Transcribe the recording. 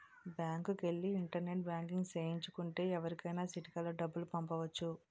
బ్యాంకుకెల్లి internet banking సేయించు కుంటే ఎవరికైనా సిటికలో డబ్బులు పంపొచ్చును